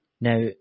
Now